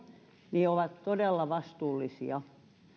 ovat todella vastuullisia